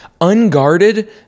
unguarded